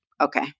okay